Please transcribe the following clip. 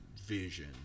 vision